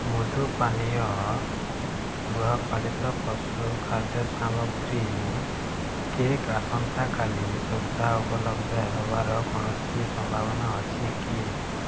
ମୃଦୁ ପାନୀୟ ଗୃହପାଳିତ ପଶୁ ଖାଦ୍ୟ ସାମଗ୍ରୀ କେକ୍ ଆସନ୍ତା କାଲି ସୁଦ୍ଧା ଉପଲବ୍ଧ ହେବାର କୌଣସି ସମ୍ଭାବନା ଅଛି କି